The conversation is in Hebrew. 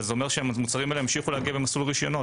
אבל זה אומר שהמוצרים האלה ימשיכו להגיע במסלול רשיונות.